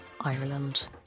Ireland